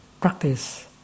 practice